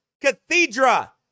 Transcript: Cathedra